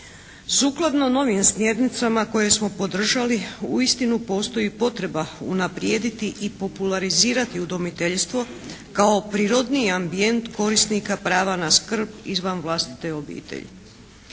Sukladno novim smjernicama koje smo podržali uistinu postoji potreba unaprijediti i popularizirati udomiteljstvo kao prirodniji ambijent korisnika prava na skrb izvan vlastite obitelji.